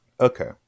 Okay